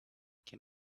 can